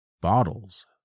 Bottles